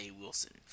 Wilson